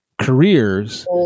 careers